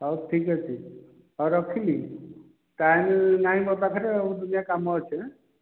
ହଉ ଠିକ୍ ଅଛି ହଉ ରଖିଲି ଟାଇମ୍ ନାହିଁ ମୋ ପାଖରେ ଆଉ ଦୁନିଆ କାମ ଅଛି ନା